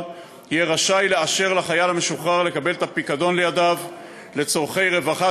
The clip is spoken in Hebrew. יהיה רשאי לאשר לחייל המשוחרר לקבל את הפיקדון לידיו לצורכי רווחה,